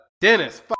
Dennis